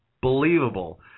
believable